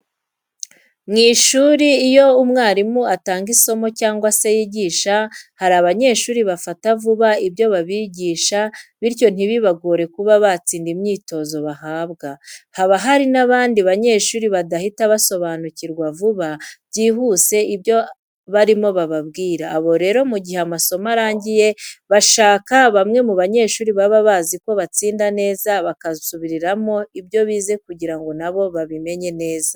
Mu ishuri iyo umwarimu atanga isomo cyangwa se yigisha hari abanyeshuri bafata vuba ibyo babigisha bityo ntibibagore kuba batsinda imyitizo bahabwa, haba hari n'abandi banyeshuri badahita basobanukirwa vuba byihuse ibyo barimo bababwira. Abo rero mu gihe amasomo arangiye bashaka bamwe mu banyeshuri baba baziko batsinda neza bakabasubiriramo ibyo bize kugira ngo na bo babimenye neza.